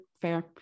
fair